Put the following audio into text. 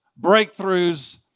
breakthroughs